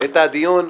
את הדיון.